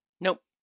Nope